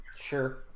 Sure